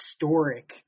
historic